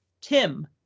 Tim